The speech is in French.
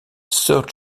sir